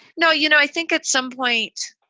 now, you know, i think at some point.